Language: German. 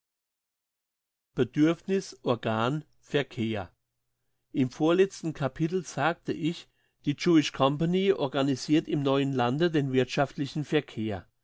bedürfniss organ verkehr im vorletzten capitel sagte ich die jewish company organisirt im neuen lande den wirthschaftlichen verkehr